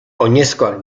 oinezkoak